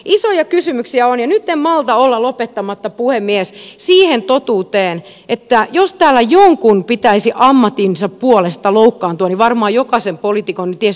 isoja kysymyksiä on ja nyt en malta olla lopettamatta puhemies siihen totuuteen että jos täällä jonkun pitäisi ammattinsa puolesta loukkaantua niin varmaan jokaisen poliitikon ties mistä kyljestä